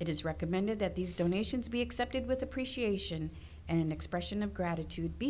it is recommended that these donations be accepted with appreciation and an expression of gratitude be